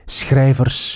schrijvers